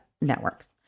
networks